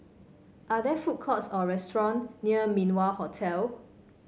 are there food courts or restaurant near Min Wah Hotel